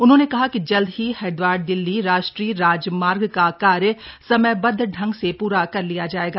उन्होंने कहा कि जल्द ही हरिद्वार दिल्ली राष्ट्रीय राजमार्ग का कार्य समयबद्व ढंग से पूरा कर लिया जाएगा